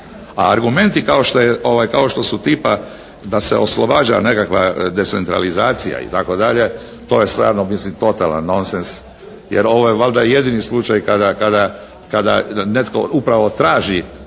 A argumenti kao što su tipa da se oslobađa nekakva decentralizacija itd. to je stvarno mislim totalan nonsens jer ovo je valjda jedini slučaj kada netko upravo traži